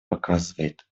показывает